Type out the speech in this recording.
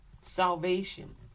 salvation